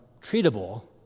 treatable